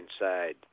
inside